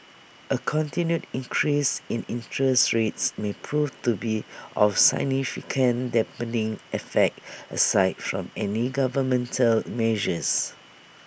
A continued increase in interest rates may prove to be of significant dampening effect aside from any governmental measures